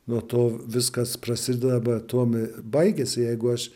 nuo to viskas prasideda arba tuom ir baigiasi jeigu aš